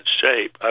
shape